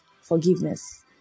forgiveness